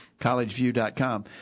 collegeview.com